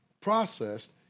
processed